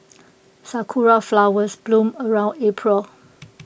Sakura Flowers bloom around April